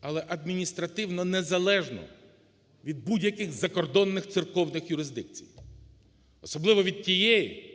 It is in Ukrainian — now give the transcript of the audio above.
але адміністративно незалежну від будь-яких закордонних церковних юрисдикцій, особливо від тієї,